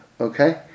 Okay